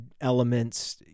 elements